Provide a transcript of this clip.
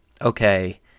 okay